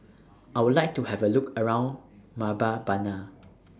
I Would like to Have A Look around Mbabana